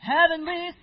Heavenly